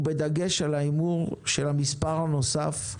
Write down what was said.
ובדגש על ההימור על המספר הנוסף,